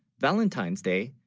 valentine's day,